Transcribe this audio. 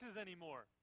anymore